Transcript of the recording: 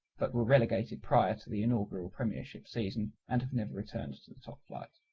but were relegated prior to the inaugural premiership season and have never returned to the top flight.